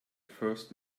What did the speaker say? first